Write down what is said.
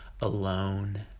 alone